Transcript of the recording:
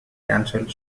cancelled